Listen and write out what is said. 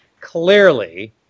Clearly